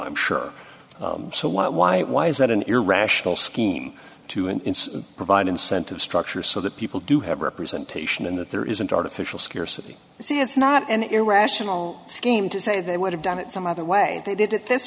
i'm sure so why why why is that an irrational scheme to and provide incentive structure so that people do have representation and that there isn't artificial scarcity this is not an irrational scheme to say they would have done it some other way they did it this